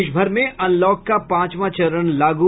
देश भर में अनलॉक का पांचवां चरण लागू